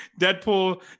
Deadpool